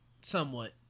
somewhat